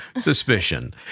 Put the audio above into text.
suspicion